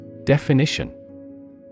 Definition